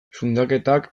zundaketak